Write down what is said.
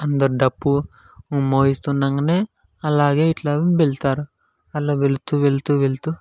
అందరు డప్పు మోగిస్తుండ గానే అలాగే ఇట్లా వెళ్తారు అలా వెళ్తూ వెళ్తూ వెళ్తూ